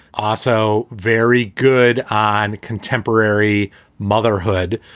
also very good on contemporary motherhood.